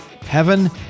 heaven